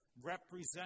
represent